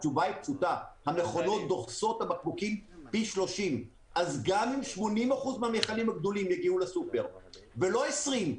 התשובה היא פשוטה: המכונות דוחסות את הבקבוקים פי 30. אז גם אם 80% מהמכלים הגדולים יגיעו לסופרמרקט ולא 20%,